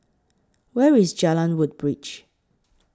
Where IS Jalan Woodbridge